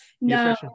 No